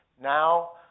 Now